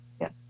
Yes